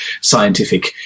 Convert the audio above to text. scientific